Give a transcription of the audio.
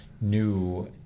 new